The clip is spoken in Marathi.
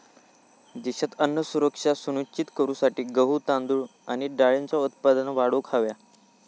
देशात अन्न सुरक्षा सुनिश्चित करूसाठी गहू, तांदूळ आणि डाळींचा उत्पादन वाढवूक हव्या